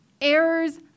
errors